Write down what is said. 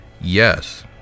Yes